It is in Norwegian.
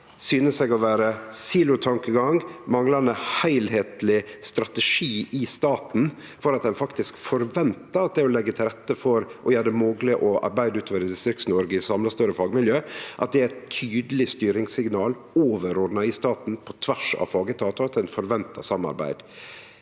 syner seg å vere silotankegang, manglande heilskaplege strategiar i staten for at ein faktisk forventar at det blir lagt til rette for og gjort mogleg å arbeide ute i Distrikts-Noreg i samla større fagmiljø, så er det eit tydeleg styringssignal, overordna i staten på tvers av fagetatane, at ein forventar samarbeid.